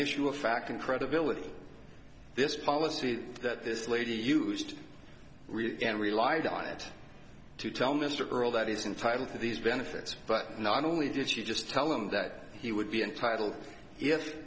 issue of fact and credibility this policy that this lady used and relied on it to tell mr earle that he's entitle to these benefits but not only did she just tell him that he would be entitled if